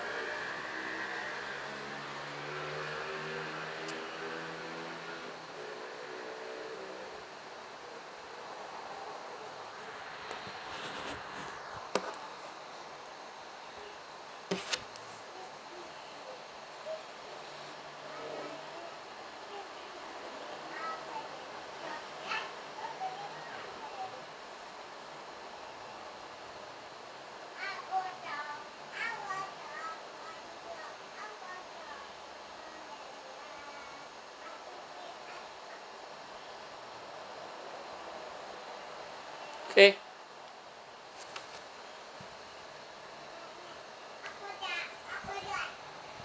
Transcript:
K